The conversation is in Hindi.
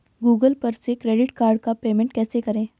गूगल पर से क्रेडिट कार्ड का पेमेंट कैसे करें?